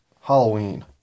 Halloween